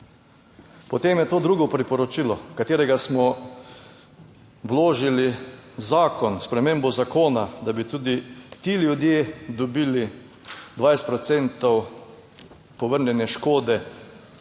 Potem je to drugo priporočilo, katerega smo vložili zakon s spremembo zakona, da bi tudi ti ljudje dobili 20 procentov